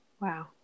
Wow